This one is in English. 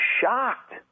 shocked